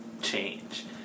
change